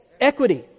Equity